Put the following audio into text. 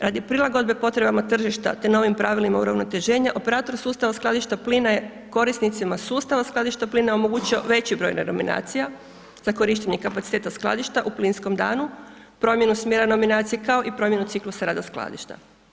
Radi prilagodbe potrebama tržišta, te novim pravilima uravnoteženja, operator sustava skladišta plina je korisnicima sustava skladišta plina omogućio veći broj renominacija za korištenje kapaciteta skladišta u plinskom danu, promjenu smjera nominacije, kao i promjenu ciklusa rada skladišta.